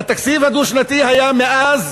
התקציב הדו-שנתי היה מאז